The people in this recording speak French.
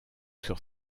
sur